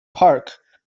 park